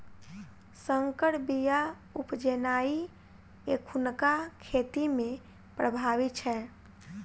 सँकर बीया उपजेनाइ एखुनका खेती मे प्रभावी छै